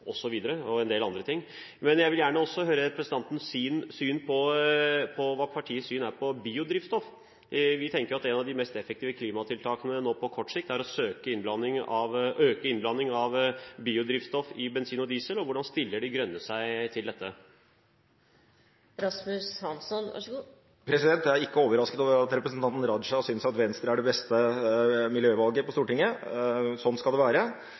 osv. og en del andre ting. Jeg vil gjerne også høre hva som er representantens, partiets, syn på biodrivstoff. Vi tenker at et av de mest effektive klimatiltakene på kort sikt er å øke innblanding av biodrivstoff i bensin og diesel. Hvordan stiller Miljøpartiet De Grønne seg til dette? Jeg er ikke overrasket over at representanten Raja synes at Venstre er det beste miljøvalget på Stortinget – sånn skal det være.